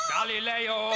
Galileo